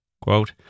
Quote